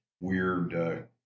weird